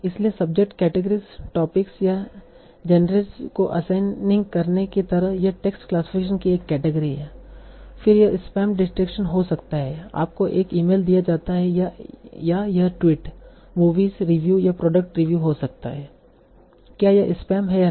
इसलिए subject categories topics या genres को असाइनिंग की तरह यह टेक्स्ट क्लासिफिकेशन की एक केटेगरी है फिर यह स्पैम डिटेक्शन हो सकता है आपको एक ईमेल दिया जाता है या यह ट्वीट मूवी रिव्यू या प्रोडक्ट रिव्यू हो सकता है क्या यह स्पैम है या नहीं